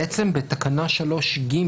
בעצם, בתקנה 3(ג)